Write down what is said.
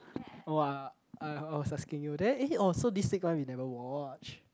oh uh uh I was asking you then eh so this week one you never watch